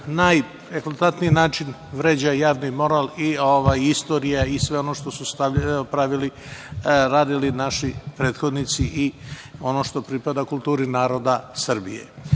najeklatantniji način vređa javni moral i istorija i sve ono što su radili naši prethodnici i ono što pripada kulturi naroda Srbije. Postoji